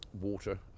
water